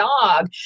dog